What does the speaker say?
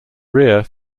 rear